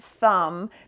thumb